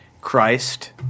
Christ